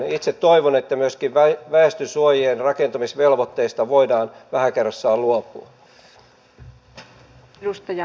itse toivon että myöskin väestönsuojien rakentamisvelvoitteesta voidaan vähän kerrassaan luopua